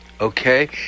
Okay